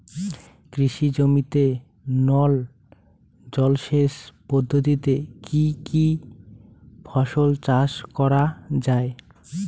কৃষি জমিতে নল জলসেচ পদ্ধতিতে কী কী ফসল চাষ করা য়ায়?